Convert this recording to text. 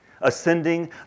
Ascending